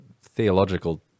theological